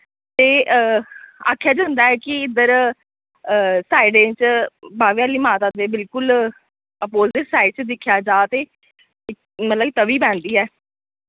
ते आखेया जंदा ऐ कि इद्दर साइडें च बावे आह्ली माता दे बिलकुल अपोजिट साइड च दिक्खेया जा ते मतलब कि तवी बैहन्दी ऐ